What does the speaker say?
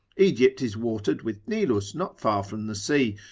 egypt is watered with nilus not far from the sea,